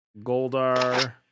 Goldar